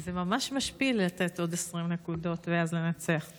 זה ממש משפיל לתת עוד 20 נקודות ואז לנצח.